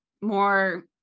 more